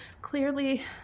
Clearly